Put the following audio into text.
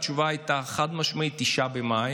התשובה הייתה, חד-משמעית, 9 במאי,